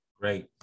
Great